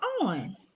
on